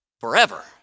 forever